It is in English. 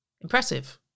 impressive